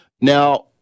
Now